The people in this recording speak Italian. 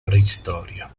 preistoria